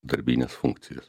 darbines funkcijas